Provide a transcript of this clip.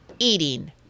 eating